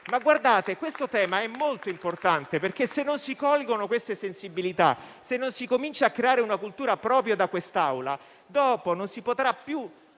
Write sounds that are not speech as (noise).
(applause) Questo tema è molto importante, perché se non si colgono queste sensibilità, se non si comincia a creare una cultura proprio in quest'Assemblea, dopo non si potranno più